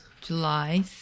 July